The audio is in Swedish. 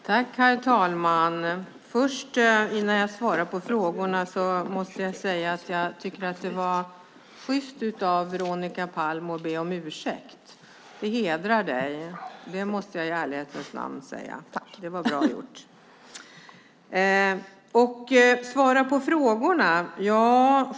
Herr talman! Innan jag svarar på frågorna måste jag säga att jag tycker att det var sjyst av Veronica Palm att be om ursäkt. Det hedrar dig, måste jag i ärlighetens namn säga. Det var bra gjort.